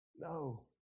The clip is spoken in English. No